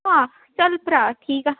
ਹਾਂ ਚੱਲ ਭਰਾ ਠੀਕ ਆ